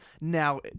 now